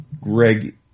Greg